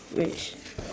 which